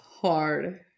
hard